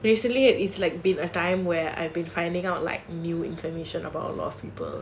recently it it's like been a time where I've been finding out like new information about a lot of people